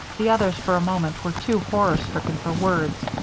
the others for a moment were too horror-stricken for words.